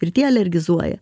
ir tie alergizuoja